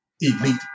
elite